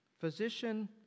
Physician